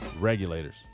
Regulators